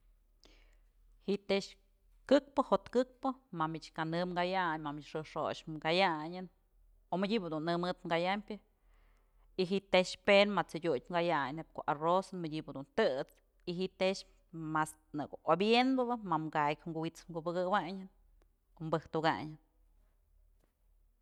Ji'i tëx këkpë jo'ot këkpë mamich kanë kayayn ma mich xëjk xox kayayn o mëdybë dun nëmëtpë kayambyë y ji'i tex pën ma t'sëdyut kayayn neyb ko'o arroz mëdyëbë dun tët's y ji'i tëx mas nëkë obyënpëbë mam kakyë ku'u wit's kubëkawayn kom bëjtukayn.